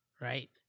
right